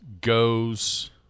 goes